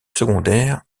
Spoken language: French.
secondaire